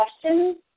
questions